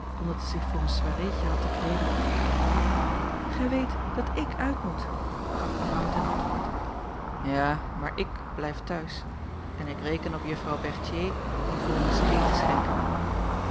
omdat zij zich voor een soireetje had te kleeden gij weet dat ik uit moet gaf mevrouw ten antwoord ja maar ik blijf thuis en ik reken op juffrouw berthier om voor ons thee te schenken